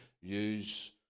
use